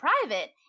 private